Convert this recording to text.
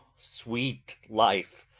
sweet life!